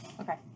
Okay